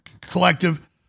collective